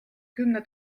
kümne